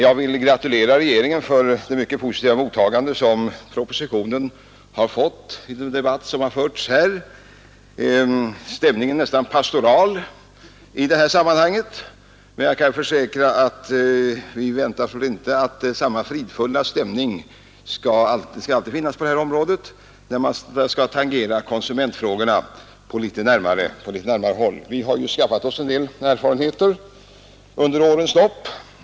Jag vill gratulera regeringen till det mycket positiva mottagande som propositionen har fått i den debatt som har förts här. Stämningen är här i kammaren nästan pastoral, men jag kan försäkra att vi inte väntar oss att samma fridfulla stämning alltid skall finnas när man skall tangera konsumentfrågorna på litet närmare håll. Vi har ju skaffat oss en del erfarenheter under årens lopp.